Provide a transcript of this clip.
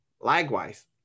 Likewise